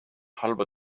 halba